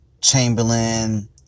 Chamberlain